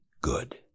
good